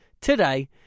today